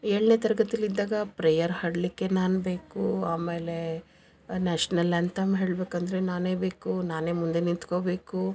ಏಳನೇ ತರಗತಿಯಲ್ಲಿ ಇದ್ದಾಗ ಪ್ರೇಯರ್ ಹಾಡಲಿಕ್ಕೆ ನಾನು ಬೇಕು ಆಮೇಲೆ ನ್ಯಾಷನಲ್ ಆ್ಯಂಥಮ್ ಹೇಳ್ಬೇಕಂದರೆ ನಾನೇ ಬೇಕು ನಾನೇ ಮುಂದೆ ನಿತ್ಕೋಬೇಕು